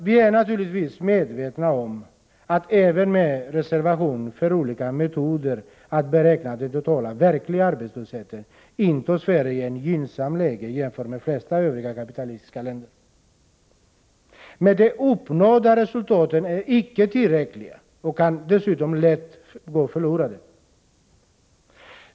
Vi är naturligtvis medvetna om att även med reservation för olika metoder att beräkna den totala verkliga arbetslösheten intar Sverige ett gynnsamt läge jämfört med de flesta övriga kapitalistiska länder. Men de uppnådda resultaten är icke tillräckliga och kan dessutom lätt gå förlorade.